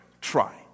try